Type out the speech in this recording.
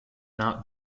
not